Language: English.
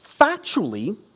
factually